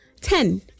Ten